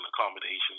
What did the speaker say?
accommodations